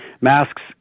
masks